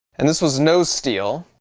and this was no steal.